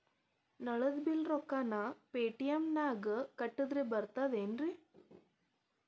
ನಳದ್ ಬಿಲ್ ರೊಕ್ಕನಾ ಪೇಟಿಎಂ ನಾಗ ಕಟ್ಟದ್ರೆ ಬರ್ತಾದೇನ್ರಿ?